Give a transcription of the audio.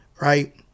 right